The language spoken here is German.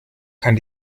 kann